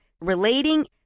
relating